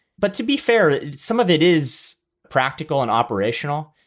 but to be fair, some of it is practical and operational.